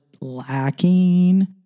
lacking